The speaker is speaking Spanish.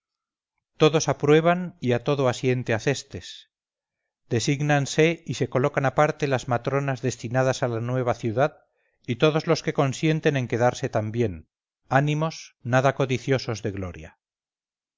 todos aprueban y a todo asiente acestes desígnanse y se colocan aparte las matronas destinadas a la nueva ciudad y todos los que consienten en quedarse también ánimos nada codiciosos de gloria